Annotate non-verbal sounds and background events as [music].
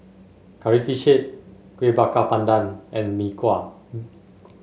Curry Fish Head Kueh Bakar Pandan and Mee Kuah [unintelligible]